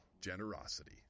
generosity